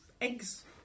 eggs